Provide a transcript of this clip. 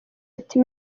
iti